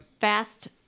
fast